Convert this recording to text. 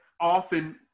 often